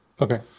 Okay